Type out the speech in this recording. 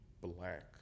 black